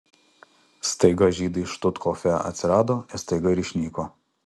staiga žydai štuthofe atsirado staiga ir išnyko